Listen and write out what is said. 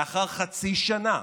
לאחר חצי שנה,